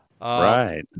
Right